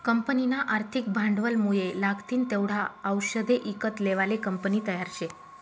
कंपनीना आर्थिक भांडवलमुये लागतीन तेवढा आवषदे ईकत लेवाले कंपनी तयार शे